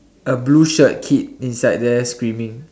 A blue shirt kid inside there screaming